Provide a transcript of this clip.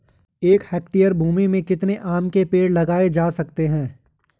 एक हेक्टेयर भूमि में कितने आम के पेड़ लगाए जा सकते हैं?